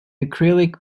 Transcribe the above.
acrylic